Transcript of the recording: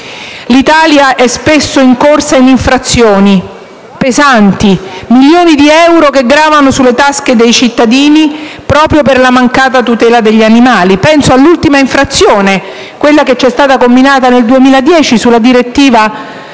L'Italia è spesso incorsa in infrazioni pesanti, milioni di euro che gravano sulle tasche dei cittadini, proprio per la mancata tutela degli animali. Penso all'ultima infrazione, che ci è stata comminata nel 2010, relativa